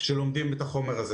שלומדים את החומר הזה.